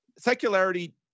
secularity